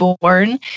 born